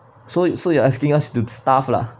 so so you are asking us to starve lah